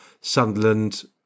Sunderland